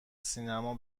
سینما